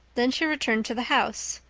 then she returned to the house,